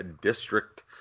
district